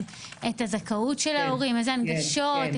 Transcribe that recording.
את הזכאות של ההורים איזה הנגשות,